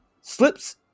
slips